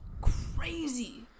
crazy